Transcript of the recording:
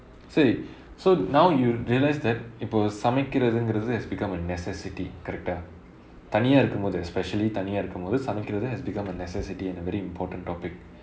சரி:seri so now you realise that இப்போ சமைக்கிறதுங்குறது:ippo samaikkurathunguruthu has become a necessity correct ah தனியா இருக்கும்போது:thaniyaa irukkumpothu especially தனியா இருக்கும்போது சமைக்கிறது:thaniyaa irukkumpothu samaikkurathu has become a necessity and a very important topic